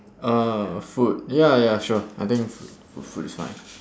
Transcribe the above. uh food ya ya sure I think f~ food food is fine